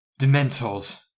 Dementors